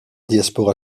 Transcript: diaspora